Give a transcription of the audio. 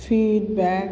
feedback